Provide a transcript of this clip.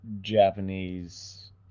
Japanese